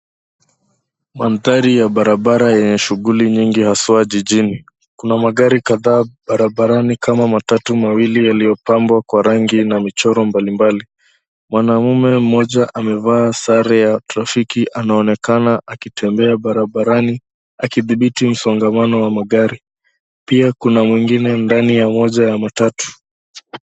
Mandhari ya barabara yenye shughuli nyingi, haswa jijini. Kuna magari kadhaabarabarani kama matatu mawili yaliyopambwa kwa rangi na michoro mbalimbali. Mwanamume mmoja amevaa sare za trafiki anaonekana akitembea barabarani akidhibiti msongamano wa magari. Pia kuna mwingine ndani ya moja ya matatu.